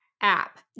app